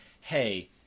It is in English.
hey